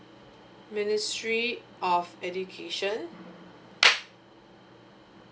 ministry of education